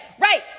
right